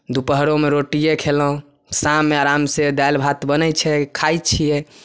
दुपहरोमे रोटिए खेलहुॅं शाममे आरामसे दालि भात बनै छै खाइ छियै